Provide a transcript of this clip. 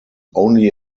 only